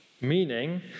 meaning